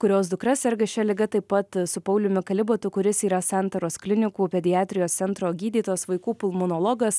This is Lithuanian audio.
kurios dukra serga šia liga taip pat su pauliumi kalibatu kuris yra santaros klinikų pediatrijos centro gydytojas vaikų pulmonologas